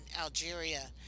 Algeria